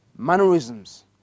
mannerisms